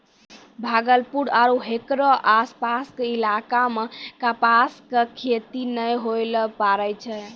भागलपुर आरो हेकरो आसपास के इलाका मॅ कपास के खेती नाय होय ल पारै छै